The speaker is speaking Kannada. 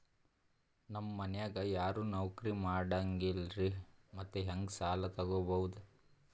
ನಮ್ ಮನ್ಯಾಗ ಯಾರೂ ನೌಕ್ರಿ ಮಾಡಂಗಿಲ್ಲ್ರಿ ಮತ್ತೆಹೆಂಗ ಸಾಲಾ ತೊಗೊಬೌದು?